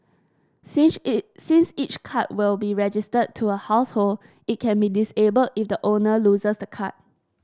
since each since each card will be registered to a household it can be disabled if the owner loses the card